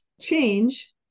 change